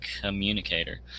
communicator